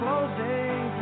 Closing